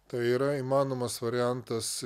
tai yra įmanomas variantas